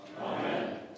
Amen